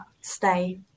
stay